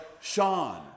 Sean